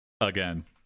again